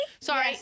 Sorry